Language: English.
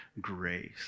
grace